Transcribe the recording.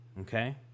okay